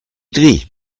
drie